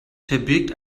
verbirgt